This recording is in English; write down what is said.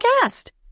cast